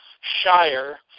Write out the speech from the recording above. shire